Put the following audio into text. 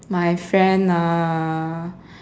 my friend ah